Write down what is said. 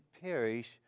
perish